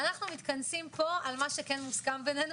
אנחנו מתכנסים פה על מה שכן מוסכם בינינו